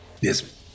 Yes